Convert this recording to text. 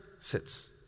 sits